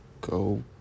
go